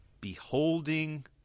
beholding